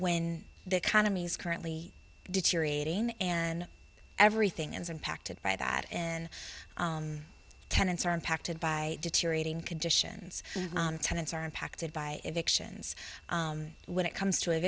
when the economy's currently deteriorating and everything is impacted by that and tenants are impacted by deteriorating conditions tenants are impacted by evictions when it comes to